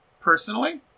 personally